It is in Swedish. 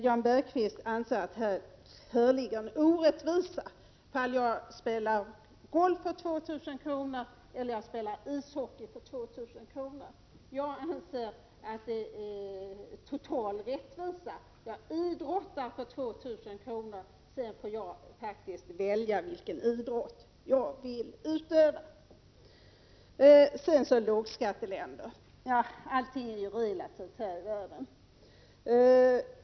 Jan Bergqvist anser att det föreligger en orättvisa om jag spelar golf för 2 000 kr. i stället för ishockey för 2 000 kr. Jag anser att det är en total rättvisa: jag idrottar för 2 000 kr., och sedan får jag välja vilken idrott jag vill utöva. Sedan gäller det lågskatteländer. Allting är ju relativt här i världen.